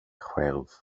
själv